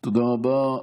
תודה רבה.